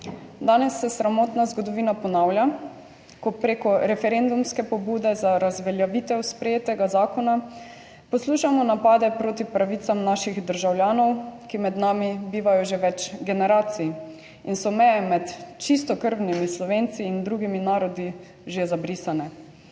Danes se sramotna zgodovina ponavlja, ko prek referendumske pobude za razveljavitev sprejetega zakona poslušamo napade proti pravicam naših državljanov, ki med nami bivajo že več generacij in so meje med čistokrvnimi Slovenci in drugimi narodi že zabrisane.